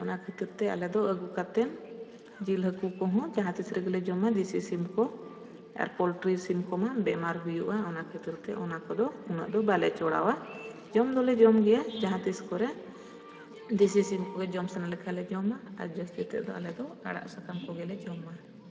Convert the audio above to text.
ᱚᱱᱟ ᱠᱷᱟᱹᱛᱤᱨ ᱛᱮ ᱟᱞᱮ ᱫᱚ ᱟᱹᱜᱩ ᱠᱟᱛᱮᱱ ᱡᱤᱞ ᱦᱟᱹᱠᱩ ᱠᱚᱦᱚᱸ ᱡᱟᱦᱟᱸ ᱛᱤᱥ ᱨᱮᱜᱮᱞᱮ ᱡᱚᱢᱟ ᱫᱮᱥᱤ ᱥᱤᱢ ᱠᱚ ᱟᱨ ᱯᱳᱞᱴᱨᱤ ᱥᱤᱢ ᱠᱚᱢᱟ ᱵᱮᱢᱟᱨ ᱦᱩᱭᱩᱜᱼᱟ ᱚᱱᱟ ᱠᱷᱟᱹᱛᱤᱨ ᱛᱮ ᱚᱱᱟ ᱠᱚᱫᱚ ᱩᱱᱟᱹᱜ ᱫᱚ ᱵᱟᱞᱮ ᱪᱚᱲᱟᱣᱟ ᱡᱚᱢ ᱫᱚᱞᱮ ᱡᱚᱢ ᱜᱮᱭᱟ ᱡᱟᱦᱟᱸ ᱛᱤᱥ ᱠᱚᱨᱮ ᱫᱮᱥᱤ ᱥᱤᱢ ᱠᱚᱜᱮ ᱡᱚᱢ ᱥᱟᱱᱟ ᱞᱮᱠᱷᱟᱱ ᱞᱮ ᱡᱚᱢᱟ ᱟᱨ ᱡᱟᱹᱥᱛᱤ ᱛᱮᱫ ᱫᱚ ᱟᱞᱮ ᱫᱚ ᱟᱲᱟᱜ ᱥᱟᱠᱟᱢ ᱠᱚᱜᱮᱞᱮ ᱡᱚᱢᱟ